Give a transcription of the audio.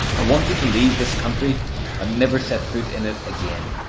i want you to leave this country and never set foot in it again.